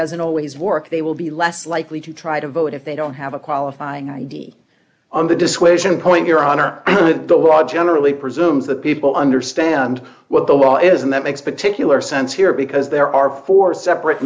doesn't always work they will be less likely to try to vote if they don't have a qualifying id on the dissuasion point your honor those who are generally presumes that people understand what the law is and that makes particular sense here because there are four separate